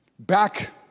Back